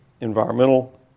environmental